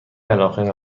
علاقه